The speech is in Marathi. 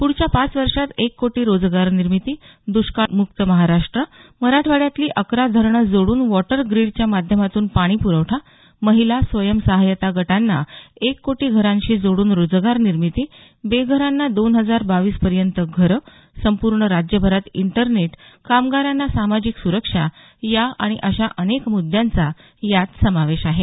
पुढच्या पाच वर्षांत एक कोटी रोजगार निर्मिती दष्काळम्क्त महाराष्ट्र मराठवाड्यातली अकरा धरणं जोड्रन वॉटरग्रीडच्या माध्यमातून पाणी प्रवठा महिला स्वयंसहायता गटांना एक कोटी घरांशी जोड्रन रोजगार निर्मिती बेघरांना दोन हजार बावीस पर्यंत घरं संपूर्ण राज्यभरात इंटरनेट कामगारांना सामाजिक सुरक्षा या आणि अशा अनेक मुद्यांचा यात समावेश आहे